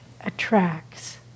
attracts